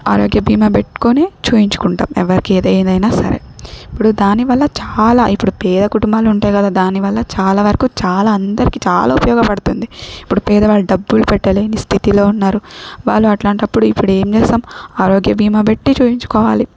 ఆరోగ్య బీమా పెట్టుకునే చూయించుకుంటాం ఎవ్వరికి ఏదేదైనా సరే ఇప్పుడు దానివల్ల చాలా ఇప్పుడు పేద కుటుంబాలుంటాయి కదా దానివల్ల చాలా వరకు చాలా అందరికి చాలా ఉపయోగపడుతుంది ఇప్పుడు పేదవాడి డబ్బులు పెట్టలేని స్థితిలో ఉన్నారు వాళ్ళు అట్లాంటప్పుడు ఇప్పుడేం చేస్తాం ఆరోగ్య బీమా బెట్టి చూయించుకోవాలి